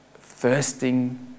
thirsting